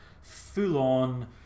full-on